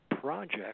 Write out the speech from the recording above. project